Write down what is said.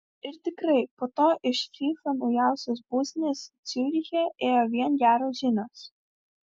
ir tikrai po to iš fifa naujosios būstinės ciuriche ėjo vien geros žinios